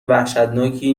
وحشتناکی